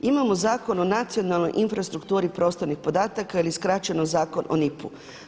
Imamo Zakon o nacionalnoj infrastrukturi prostornih podataka ili skraćeno zakon o NIP-u.